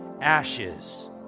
ashes